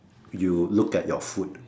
you look at your food